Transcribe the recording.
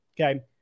okay